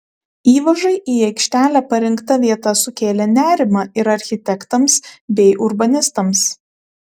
įvažai į aikštelę parinkta vieta sukėlė nerimą ir architektams bei urbanistams